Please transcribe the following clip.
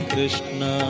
Krishna